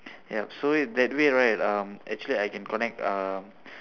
yup so way that way right um actually I can connect uh